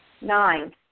Nine